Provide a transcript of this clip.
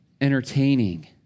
Entertaining